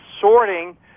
sorting